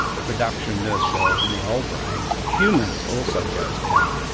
the production of nerve cells in the old brain of humans also goes down,